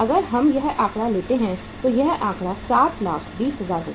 अगर हम यह आंकड़ा लेते हैं तो यह आंकड़ा रु 720000 होगा